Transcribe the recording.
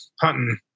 hunting